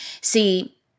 See